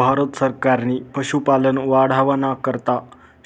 भारत सरकारनी पशुपालन वाढावाना करता